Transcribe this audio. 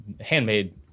handmade